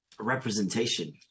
representation